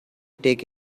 take